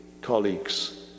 colleagues